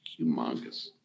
humongous